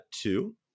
Two